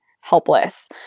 helpless